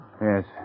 Yes